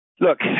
Look